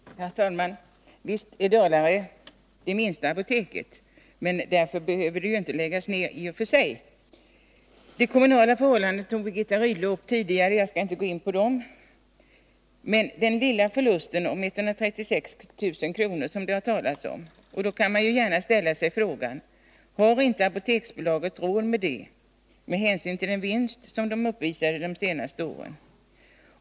Herr talman! Visst har Dalarö det minsta apoteket. Men därför behöver det ju inte i och för sig läggas ner. De kommunala frågorna tog Birgitta Rydle upp tidigare, och jag skall inte gå in på dem. Men det har talats om den lilla förlusten på 136 000 kr., och då kan man gärna ställa sig frågan: Har inte Apoteksbolaget råd med det med hänsyn till den vinst som bolaget uppvisat det senaste åren?